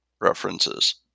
references